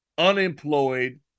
unemployed